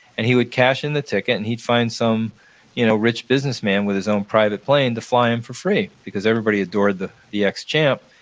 and he would cash in the ticket and he'd find some you know rich businessman with his own private plane to fly him for free because everybody adored the the ex-champ.